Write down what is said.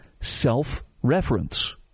self-reference